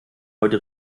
heute